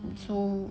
so